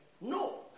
No